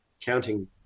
counting